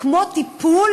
כמו טיפול